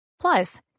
Plus